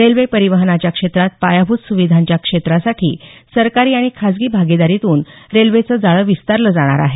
railway परिवहनाच्या क्षेत्रात पायाभूत सुविधांच्या क्षेत्रासाठी सरकारी आणि खाजगी भागिदारीतून रेल्वेचं जाळं विस्तारलं जाणार आहे